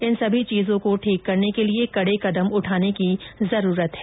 इन सभी चीजों को ठीक करने के लिए कडे कदम उठाने की जरूरत है